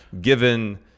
Given